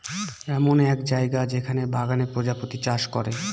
এমন এক জায়গা যেখানে বাগানে প্রজাপতি চাষ করে